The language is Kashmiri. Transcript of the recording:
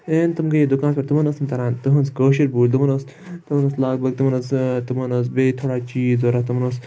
تِم گٔے دُکان پٮ۪ٹھ تِمن اوس نہٕ تران تہٕنٛز کٲشر بوٗلۍ تِمَن اوس لگ بگ تمَن اوس تمَن اوس بیٚیہِ تھوڑا چیٖز ضوٚرت تِمَن اوس